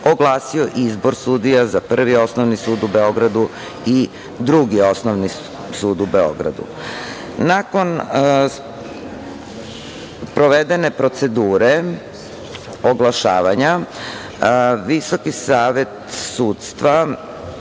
oglasio izbor sudija za Prvi osnovni sud u Beogradu i Drugi osnovni sud u Beogradu. Nakon sprovedene procedure oglašavanja, VSS je na sednici